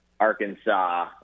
Arkansas